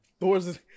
Thor's